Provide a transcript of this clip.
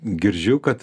girdžiu kad